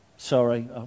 Sorry